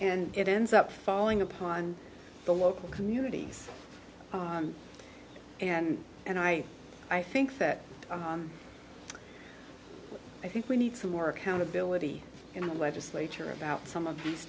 and it ends up falling upon the local communities and and i i think that i think we need some more accountability in the legislature about some of these